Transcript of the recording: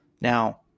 now